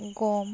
গম